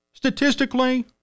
Statistically